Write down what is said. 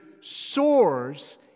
soars